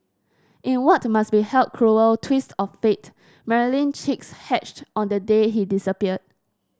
in what must be a cruel twist of fate Marilyn chicks hatched on the day he disappeared